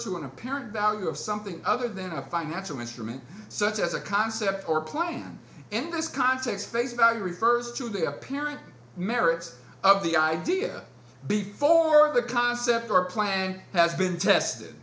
to an apparent value of something other than a financial instrument such as a concept or plan in this context face value refers to the apparent merits of the idea before the concept or plan has been tested